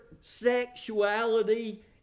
sexuality